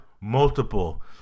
multiple